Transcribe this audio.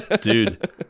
Dude